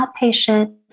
outpatient